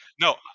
No